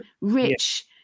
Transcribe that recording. rich